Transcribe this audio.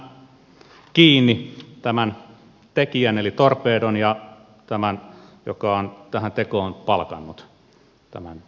poliisi ottaa kiinni tämän tekijän eli torpedon ja tämän joka on tähän tekoon palkannut tämän tekijämiehen